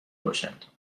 باشد